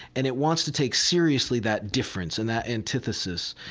and it wants to take seriously that difference and that antithesis.